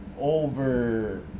over